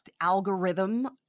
algorithm